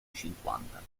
cinquanta